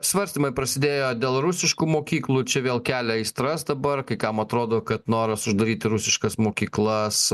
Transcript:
svarstymai prasidėjo dėl rusiškų mokyklų čia vėl kelia aistras dabar kai kam atrodo kad noras uždaryti rusiškas mokyklas